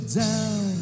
down